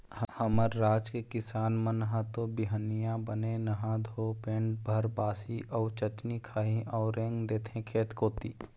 हमर राज के किसान मन ह तो बिहनिया बने नहा धोके पेट भर बासी अउ चटनी खाही अउ रेंग देथे खेत कोती